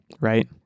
right